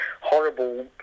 horrible